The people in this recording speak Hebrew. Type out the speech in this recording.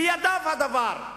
בידיו הדבר.